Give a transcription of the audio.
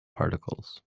particles